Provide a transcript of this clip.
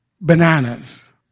bananas